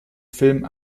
film